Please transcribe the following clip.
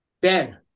Ben